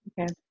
Okay